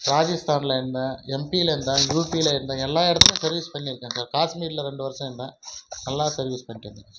ராஜஸ்தானில் இருந்தேன் எம்பியில இருந்தேன் யூபியில இருந்தேன் எல்லா இடத்துலையும் சர்வீஸ் பண்ணியிருக்கேன் சார் காஷ்மீரில் ரெண்டு வருஷம் இருந்தேன் நல்லா சர்வீஸ் பண்ணிட்டு இருந்தேன்